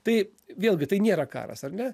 tai vėlgi tai nėra karas ar ne